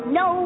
no